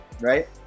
right